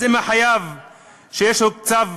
אז אם לחייב יש צו,